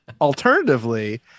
alternatively